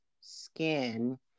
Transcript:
skin